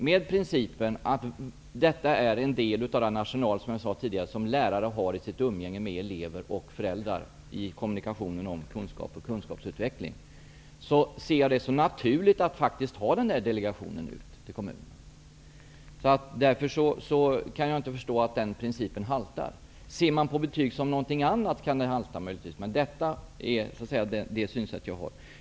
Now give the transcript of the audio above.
Med principen att betygen är en del av den arsenal som lärare har i sitt umgänge med elever och föräldrar i kommunikationen om kunskap och kunskapsutveckling, ser jag det som naturligt att nu ha denna delegation ute i kommunen. Därför kan jag inte förstå hur den principen kan halta. Ser man på betyg som något annat, kan det möjligtvis halta, men detta är mitt synsätt.